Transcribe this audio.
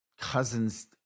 cousins